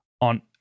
on